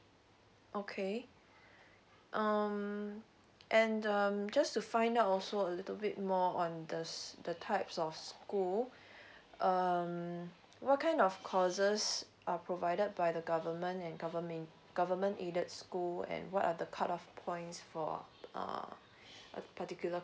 okay um and um just to find out also a little bit more on the the types of school um what kind of causes are provided by the government and government government aided school and what are the cut off points for a particular